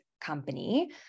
company